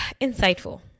insightful